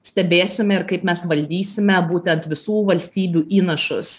stebėsime ir kaip mes valdysime būtent visų valstybių įnašus